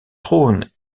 trône